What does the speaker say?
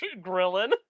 grilling